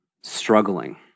struggling